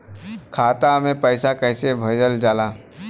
खाता में पैसा कैसे भेजल जाला?